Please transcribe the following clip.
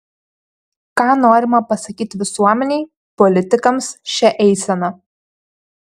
ką norima pasakyti visuomenei politikams šia eisena